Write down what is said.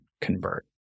convert